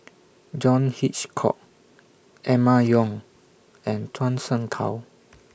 John Hitchcock Emma Yong and Zhuang Shengtao